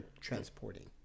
transporting